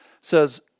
says